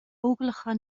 óglacha